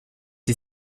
sie